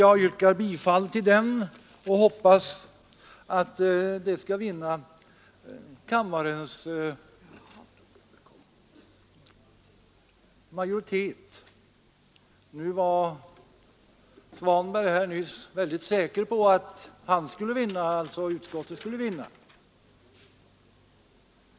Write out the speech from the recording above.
Jag yrkar bifall till den och hoppas, att den skall vinna kammarens majoritet. Herr Svanberg var nyss mycket säker på att han, dvs. utskottets majoritet, skulle vinna.